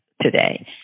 today